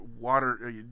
water